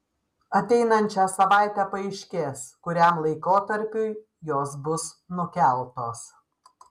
ateinančią savaitę paaiškės kuriam laikotarpiui jos bus nukeltos